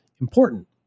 important